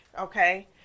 okay